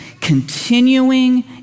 continuing